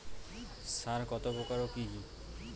সার কত প্রকার ও কি কি?